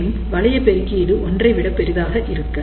எனினும் வளைய பெருக்கீடு ஒன்றைவிட பெரிதாக இருக்க Rout 1